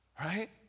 Right